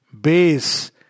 base